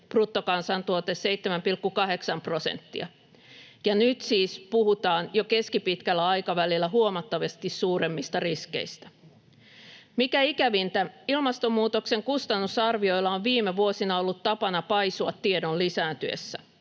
bruttokansantuote 7,8 prosenttia, ja nyt siis puhutaan jo keskipitkällä aikavälillä huomattavasti suuremmista riskeistä. Mikä ikävintä, ilmastonmuutoksen kustannusarvioilla on viime vuosina ollut tapana paisua tiedon lisääntyessä.